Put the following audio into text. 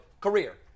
career